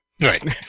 Right